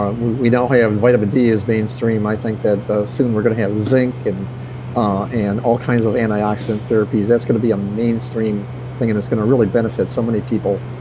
ah we we now have, vitamin d is mainstream. i think that soon we're going to have zinc and ah and all kinds of antioxidant therapies, that's going to be a mainstream thing. and it's going to really benefit so many people.